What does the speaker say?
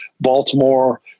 Baltimore